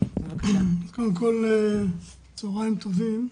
צהרים טובים.